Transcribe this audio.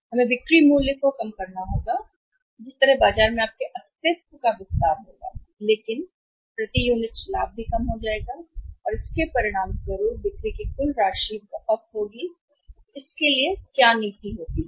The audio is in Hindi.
हमें बिक्री मूल्य को कम करना होगा जिस तरह से बाजार में आपके अस्तित्व का विस्तार होगा लेकिन प्रति यूनिट लाभ कम हो जाएगा लेकिन इसके परिणामस्वरूप बिक्री की कुल राशि बहुत अधिक होगी नीति क्या होती है